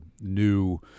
new